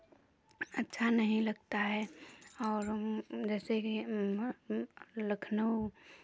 अच्छा नहीं लगता है और जैसे कि लखनऊ